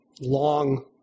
long